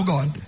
God